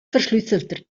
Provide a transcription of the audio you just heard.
verschlüsselter